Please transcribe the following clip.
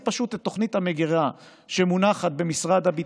את תוכנית המגירה שמונחת במשרד הביטחון,